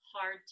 hard